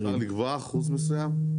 מותר לקבוע אחוז מסוים?